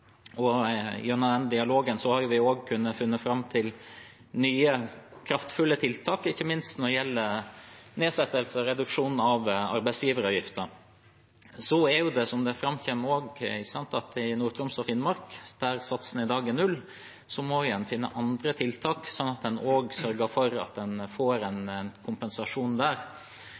og på relativt korte tidsfrister også svare på spørsmål. Gjennom dialogen har vi også funnet fram til nye, kraftfulle tiltak – ikke minst når det gjelder nedsettelse og reduksjon av arbeidsgiveravgiften. Som det også framkommer: For Nord-Troms og Finnmark der satsene i dag er null, må man finne andre tiltak, slik at man også sørger for at man får en kompensasjon der.